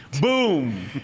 Boom